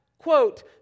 Quote